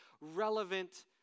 relevant